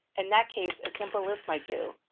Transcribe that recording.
in that case, a simple list might do.